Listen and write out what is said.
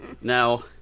Now